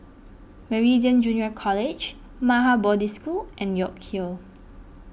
Meridian Junior College Maha Bodhi School and York Hill